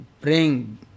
praying